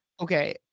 Okay